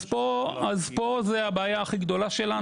אז פה זה הבעיה הכי גדולה שלנו.